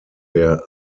der